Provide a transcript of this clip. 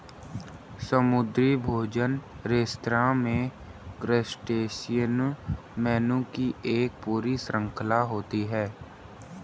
समुद्री भोजन रेस्तरां में क्रस्टेशियन मेनू की एक पूरी श्रृंखला होती है